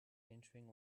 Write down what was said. entering